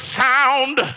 sound